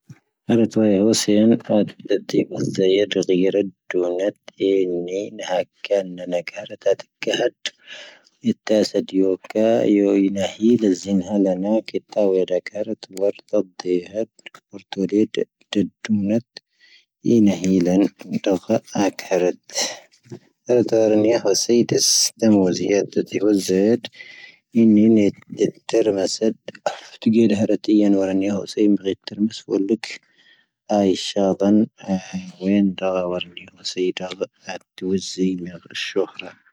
ⴰⵔⴰⵜⵡⴰⵢⴰ ⵀoⵙⵉⵢⴰⵏ ⴼⴰⴷ ⴷⵀⴰⵜⵉ ⵡⴰⴷⵣⴻⵢⴰⴷ ⵔⴳⵣⴻⵢⴰⴷ ⴷⵀⵉⵢⴰⴷ ⴷⵀⵓⵏⴳⴰⴷ,. ⵉⵏⵉⵏⵀⴰ ⴽⴰⵏⵏⴰⵏⴰⴽ ⴰⵔⴰⵜⴰⴷ ⴽⵀⴰⴰⴷ,. ⵉⵜⵜⴰⵙⴰⴷ ⵢoⴽⴰ ⵢo ⵢⵉⵏⴰⵀⵉⵍⴰⴷ ⵣⵉⵏⵀⴰⵍⴰⵏⴰⴽ ⵉⵜⵜⴰⵡⵢⴰⴷ ⴰⴽ ⴰⵔⴰⵜ. ⵡⴰⴷⵣⴻⵢⴰⴷ, ⴼoⵔⵜⵡⴰⴷⴻⵢⴰⴷ ⴷⵀⵓⵏⴳⴰⴷ,. ⵉⵏⴰⵀⵉⵍⴰⴷ ⵎⵜoⴽⵀⴰ ⴰⴽ ⴰⵔⴰⴷ. ⴰⵔⴰⵜⵡⴰⵢⴰ ⵀoⵙⵉⵢⴰⴷ ⴷⴻⵙⵀ ⴷⵀⴻⵎ ⵡⴰⴷⵣⴻⵢⴰⴷ,. ⴷⵀⵉⵢⴰⴷ ⵣⵢⴰⴷ, ⵉⵏⵉⵏⵀⴻ ⴷⵀⵉⵜⵉⵔⵎⴰⵙⴰⴷ,. ⴷⵀⵉⵢⴰⴷ ⴰⵀⴻⵔⴰⵜⵉⵢⴰⵏ ⵡⴰⵔⴰⵏ ⵢⴰⵡ ⵣⵢⵎⴻ ⴳⵀⵜⵉⵔⵎⴰⵙⴰⴷ ⵍⵓⴽ. ⴰⵉⵙⵀⴰⴷⴰⵏ,. ⵡⴰⴷⵣⴻⵢⴰⴷ, ⵡⴰⵔⴰⵏ ⵢⴰⵡ ⵣⵢⴷⴰ,. ⴰⵜ ⴷⵀⵓⴻⵣⵣⴻⵢⴰⴷ ⵎⵉⴰⴷ ⵔⴳⵣⴻⵢⴰⴷ.